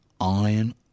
iron